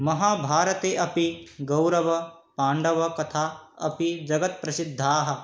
महाभारते अपि कौरवपाण्डवकथाः अपि जगत्प्रसिद्धाः